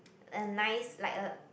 a nice like a